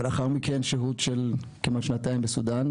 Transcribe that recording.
ולאחר מכן שהות של כמעט שנתיים בסודן,